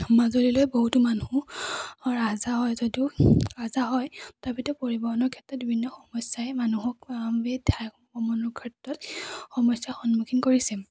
মাজুলীলৈ বহুতো মানুহৰ আহ যাহ হয় যদিও আহ যাহ হয় তথাপিতো পৰিৱহনৰ ক্ষেত্ৰত বিভিন্ন সমস্যাই মানুহক ঠাইসমূহৰ ক্ষেত্ৰত সমস্যাৰ সন্মুখীন কৰিছে